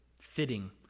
fitting